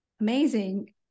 Amazing